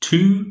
Two